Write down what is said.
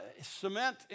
cement